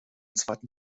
zweiten